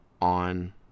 on